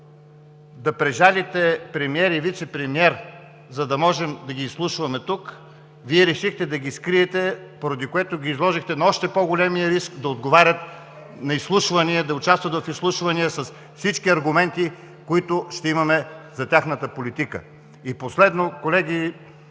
да прежалите премиер и вицепремиер, за да ги изслушваме тук, Вие решихте да ги скриете, поради което ги изложихте на още по-големия риск – да отговарят на изслушвания, да участват в изслушвания с всички аргументи, които ще имаме за тяхната политика. Последно, колеги,